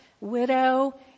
widow